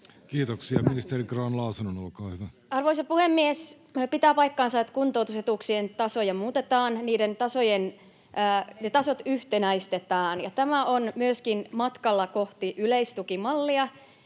Kiitoksia. — Ministeri Grahn-Laasonen, olkaa hyvä. Arvoisa puhemies! Pitää paikkansa, että kuntoutusetuuksien tasoja muutetaan. Ne tasot yhtenäistetään. Tämä on myöskin matkalla kohti yleistukimallia